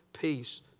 Peace